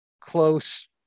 close